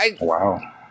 Wow